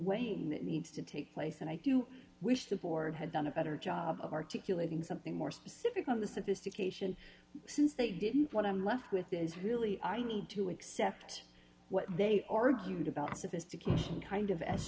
way needs to take place and i do wish the board had done a better job of articulating something more specific on the sophistication since they didn't what i'm left with is really i need to accept what they argued about sophistication kind of as